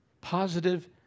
positive